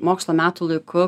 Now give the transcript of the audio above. mokslo metų laiku